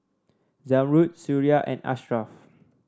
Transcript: Zamrud Suria and Ashraff